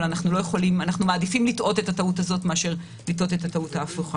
אבל אנחנו מעדיפים לטעות את הטעות הזאת מאשר לטעות את הטעות ההפוכה.